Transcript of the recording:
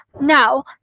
Now